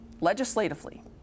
legislatively